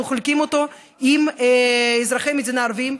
אנחנו חולקים אותו עם אזרחי מדינה ערבים.